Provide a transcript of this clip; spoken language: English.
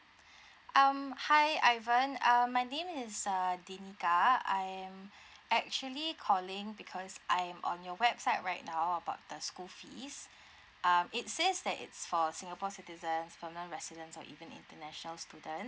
um hi ivan um my name is uh dinika I am actually calling because I'm on your website right now about the school fees um it says that it's for singapore citizens permanent residents or even international students